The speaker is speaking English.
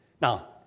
Now